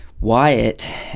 Wyatt